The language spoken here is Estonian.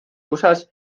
usas